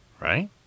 Right